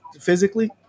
physically